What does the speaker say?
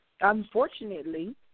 Unfortunately